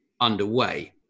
underway